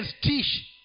teach